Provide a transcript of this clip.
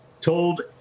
told